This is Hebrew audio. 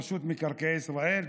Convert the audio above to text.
רשות מקרקעי ישראל,